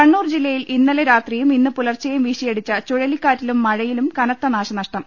കണ്ണൂർ ജില്ലയിൽ ഇന്നലെ രാത്രിയും ഇന്ന് പുലർച്ചെയും വീശി യടിച്ച ചുഴലിക്കാറ്റിലും മഴയിലും കനത്ത നാശനഷ്ടം